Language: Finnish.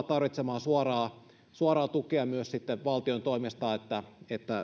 tarvitsemaan suoraa suoraa tukea myös sitten valtion toimesta jotta